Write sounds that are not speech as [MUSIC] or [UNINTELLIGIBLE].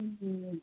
[UNINTELLIGIBLE]